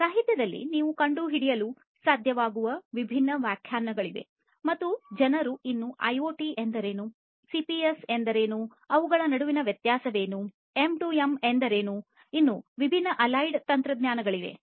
ಸಾಹಿತ್ಯದಲ್ಲಿ ನೀವು ಕಂಡುಹಿಡಿಯಲು ಸಾಧ್ಯವಾಗುವ ವಿಭಿನ್ನ ವ್ಯಾಖ್ಯಾನಗಳಿವೆ ಮತ್ತು ಜನರು ಇನ್ನೂ ಐಒಟಿ ಎಂದರೇನು ಸಿಪಿಎಸ್ ಎಂದರೇನು ಅವುಗಳ ನಡುವಿನ ವ್ಯತ್ಯಾಸವೇನು ಎಂ 2 ಎಂ ಎಂದರೇನು ಇನ್ನೂ ವಿಭಿನ್ನ ಅಲೈಡ್ ತಂತ್ರಜ್ಞಾನಗಳಿವೆ